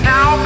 Now